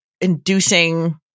inducing